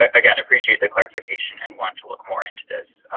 ah again, appreciate the clarification and want to look more into this.